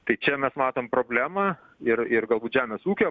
tai čia mes matom problemą ir ir galbūt žemės ūkio